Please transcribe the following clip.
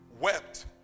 wept